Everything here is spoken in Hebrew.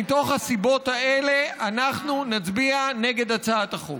מן הסיבות האלה אנחנו נצביע נגד הצעת החוק.